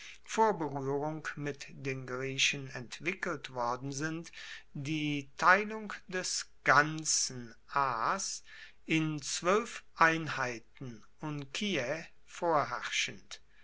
vor beruehrung mit den griechen entwickelt worden sind die teilung des ganzen as in zwoelf einheiten unciae vorherrschend